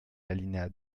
l’alinéa